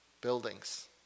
buildings